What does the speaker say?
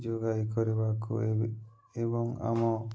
ଯୋଗାଇ କରିବାକୁ ଏବେ ଏବଂ ଆମ